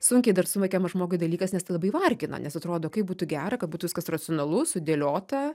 sunkiai dar suvokiamas žmogui dalykas nes tai labai vargina nes atrodo kaip būtų gera ką būtų viskas racionalu sudėliota